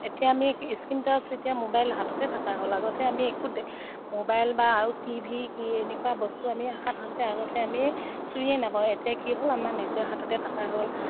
এতিয়া আমি screen touch এতিয়া মোবাইল হাততে থাকা হ'ল আগতে আমি একো দেখা মোবাইল বা আৰু টি ভি কি এনেকুৱা বস্তু আমি সাধাৰণতে আগতে আমি চুইয়ে নাপাওঁ এতিয়া কি হ'ল আমাৰ নিজৰ হাততে থকা হ'ল